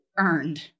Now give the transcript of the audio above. Earned